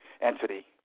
entity